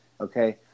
Okay